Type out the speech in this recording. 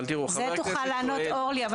על זה אורלי תוכל לענות,